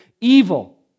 evil